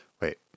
Wait